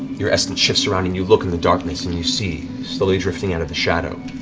your essence shifts around and you look in the darkness and you see, slowly drifting out of the shadow,